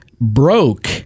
broke